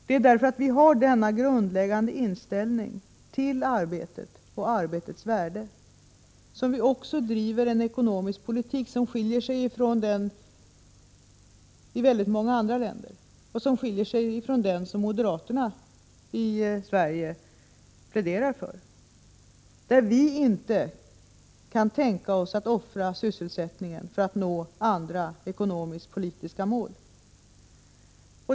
Det är just därför att vi har denna grundläggande inställning till arbetet och arbetets värde som vi driver en ekonomisk politik som skiljer sig från den ekonomiska politik som förs i väldigt många andra länder och som även moderaterna i Sverige pläderar för. Vi kan alltså inte tänka oss att offra sysselsättningen för att nå andra ekonomisk-politiska mål.